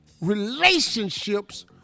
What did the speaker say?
relationships